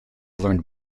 learned